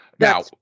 Now